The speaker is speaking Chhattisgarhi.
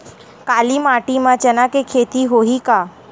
काली माटी म चना के खेती होही का?